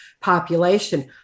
population